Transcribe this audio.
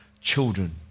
children